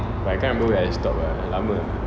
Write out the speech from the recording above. but I can't remember where I stopped lah dah lama ah